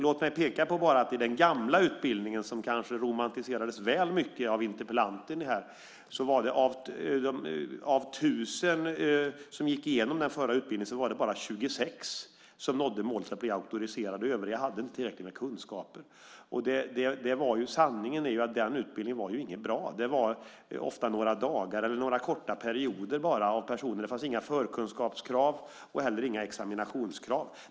Jag vill peka på att när det gäller den gamla utbildningen, som kanske romantiserades väl mycket av interpellanten, var det bara 26 av de 1 000 som genomgick den som nådde målet att bli auktoriserade tolkar. De övriga hade inte tillräckliga kunskaper. Sanningen är att den utbildningen inte var bra. Den pågick ofta under några dagar eller några korta perioder. Det fanns inga förkunskapskrav och inte heller några examinationskrav.